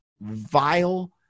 Vile